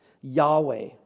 Yahweh